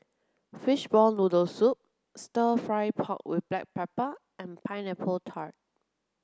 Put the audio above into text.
fishball noodle soup stir fry pork with black pepper and pineapple tart